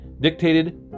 dictated